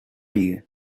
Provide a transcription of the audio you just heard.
you